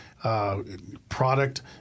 Product